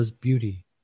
beauty